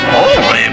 Holy